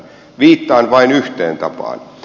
viittaan vain yhteen tapaan